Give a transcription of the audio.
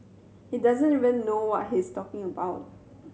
he doesn't even know what he's talking about